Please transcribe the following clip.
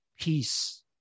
Peace